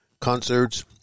concerts